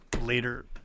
later